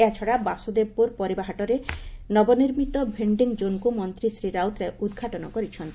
ଏହାଛଡ଼ା ବାସୁଦେବପୁର ପରିବା ହାଟରେ ନବନିର୍ମିତ ଭେଡିଂଜୋନ୍କୁ ମନ୍ତୀ ଶ୍ରୀ ରାଉତରାୟ ଉଦ୍ଘାଟନ କରିଛନ୍ତି